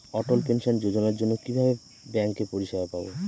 অটল pension যোজনার জন্য কিভাবে ব্যাঙ্কে পরিষেবা পাবো?